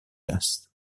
است